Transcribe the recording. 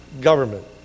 government